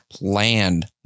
land